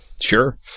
Sure